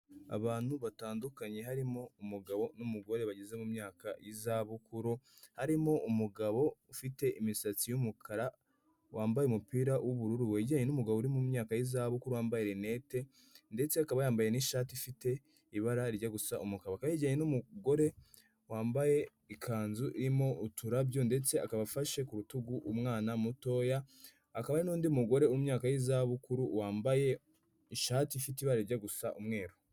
Abantu batandukanye harimo umugabo n'umugore bageze mu myaka y'izabukuru, harimo umugabo ufite imisatsi yumukara wambaye umupira w'ubururu, yajyanye n'umugabo uri mu myaka y'izabukuru wambaye neza ndetse akaba yambaye nishati ifite ibara rijya gusa nubururu, umugabo yajyanye n'umugore wambaye ikanzu irimo uturabyo ndetse akaba afashe ku rutugu rw'umwana mutoya hakaba n'undi mugore wimyaka y'izabukuru wambaye ishati ifite' ibara rijya gusa n'umweru.